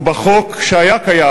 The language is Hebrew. לפי החוק הקיים,